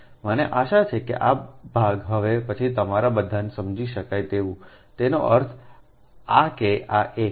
મને આશા છે કે આ ભાગ હવે પછી તમારા બધાને સમજી શકાય તેવુંતેનો અર્થ એ કે આ એક